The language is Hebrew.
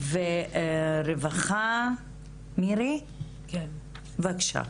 והרווחה, מירי, בבקשה.